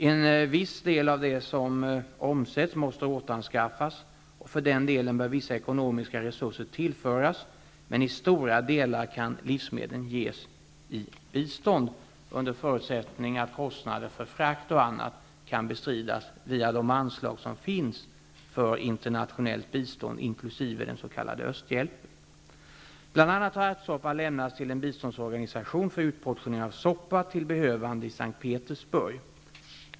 En viss del av det som omsätts måste återanskaffas och för den delen bör vissa ekonomiska resurser tillföras, men i stora delar kan livsmedlen ges i bistånd under förutsättning att kostnader för frakt och annat kan bestridas via de anslag som finns för internationellt bistånd inkl. den s.k. östhjälpen. Bl.a. har ärtsoppa lämnats till en biståndsorganisation för utportionering till behövande i S:t Petersburg.